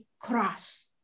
cross